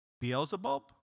Beelzebub